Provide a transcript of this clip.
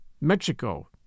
Mexico